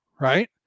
right